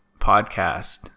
podcast